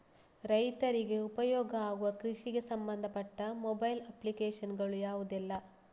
ರೈತರಿಗೆ ಉಪಯೋಗ ಆಗುವ ಕೃಷಿಗೆ ಸಂಬಂಧಪಟ್ಟ ಮೊಬೈಲ್ ಅಪ್ಲಿಕೇಶನ್ ಗಳು ಯಾವುದೆಲ್ಲ?